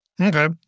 Okay